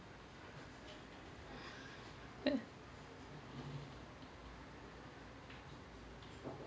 eh